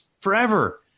forever